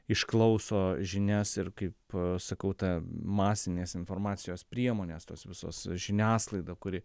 išklauso žinias ir kaip sakau ta masinės informacijos priemonės tos visos žiniasklaida kuri